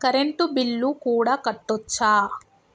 Current bill కూడా కట్టొచ్చా?